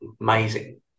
amazing